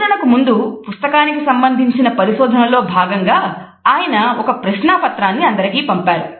ప్రచురణకు ముందు పుస్తకానికి సంబంధించిన పరిశోధనలో భాగంగా ఆయన ఒక ప్రశ్నాపత్రాన్ని అందరికీ పంపారు